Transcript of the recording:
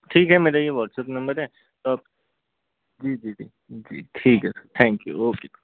ठीक है मेरा ये व्हाट्सअप नंबर है तो आप जी जी जी जी ठीक है सर थैंक यू ओके